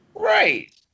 Right